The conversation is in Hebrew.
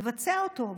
לבצע אותו.